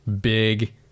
big